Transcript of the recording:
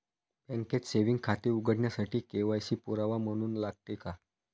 बँकेत सेविंग खाते उघडण्यासाठी के.वाय.सी पुरावा म्हणून लागते का?